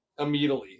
Immediately